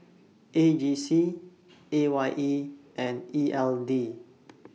A G C A Y E and E L D